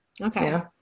okay